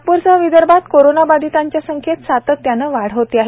नागप्रसह विदर्भात कोरोंना बंधितांच्या संख्येत सातत्याने वाढ होते आहे